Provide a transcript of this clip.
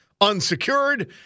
unsecured